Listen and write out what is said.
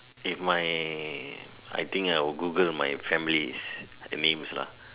if my I think I will Google my family's names lah